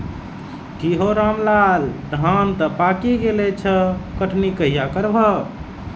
की हौ रामलाल, धान तं पाकि गेल छह, कटनी कहिया करबहक?